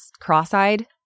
cross-eyed